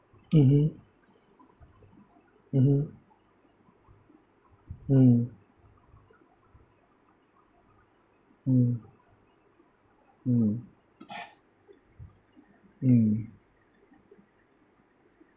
mmhmm mmhmm mm mm mm mm